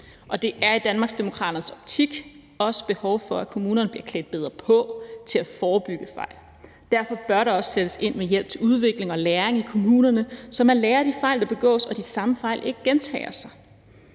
der er i Danmarksdemokraternes optik også behov for, at kommunerne bliver klædt bedre på til at forebygge fejl. Derfor bør der også sættes ind med hjælp til udvikling og læring i kommunerne, så man lærer af de fejl, der begås, og så de samme fejl ikke gentager sig.